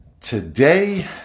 today